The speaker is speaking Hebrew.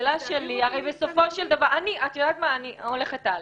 אני הולכת הלאה.